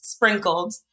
sprinkled